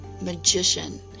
magician